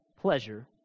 pleasure